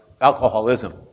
alcoholism